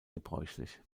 gebräuchlich